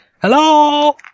Hello